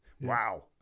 Wow